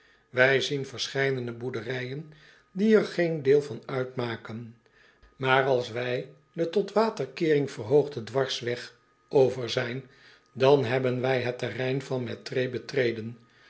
wij zien verscheidene boerderijen die er geen deel van uitmaken maar als wij den tot waterkeering verhoogden dwarsweg over zijn dan hebben wij het terrein van mettray betreden